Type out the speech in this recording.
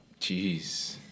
Jeez